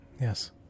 Yes